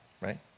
right